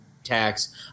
tax